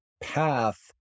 path